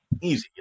easy